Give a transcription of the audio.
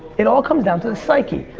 it all comes down to the psyche.